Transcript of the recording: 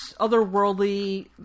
otherworldly